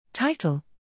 Title